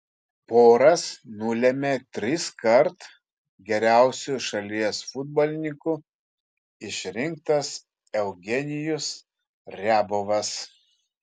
poras nulėmė triskart geriausiu šalies futbolininku išrinktas eugenijus riabovas